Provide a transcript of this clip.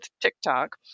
tiktok